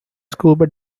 scuba